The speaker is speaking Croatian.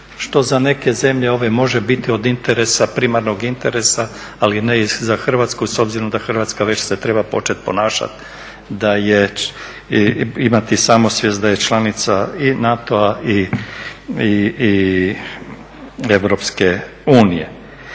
što za neke zemlje može biti od interesa, primarnog interes, ali ne i za Hrvatsku s obzirom da Hrvatska već se treba počet ponašati i imati samosvijest da je članica i NATO-a i EU. Tako da